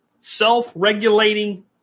self-regulating